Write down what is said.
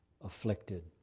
afflicted